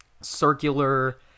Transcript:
circular